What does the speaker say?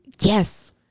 Yes